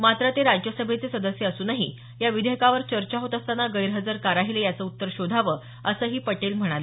मात्र ते राज्यसभेचे सदस्य असूनही या विधेयकावर चर्चा होत असताना गैरहजर का राहिले याचं उत्तर शोधावं असंही पटेल म्हणाले